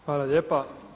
Hvala lijepa.